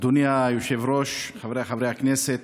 אדוני היושב-ראש, חבריי חברי הכנסת,